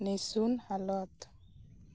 ᱱᱤᱥᱩᱱ ᱦᱟᱞᱚᱛ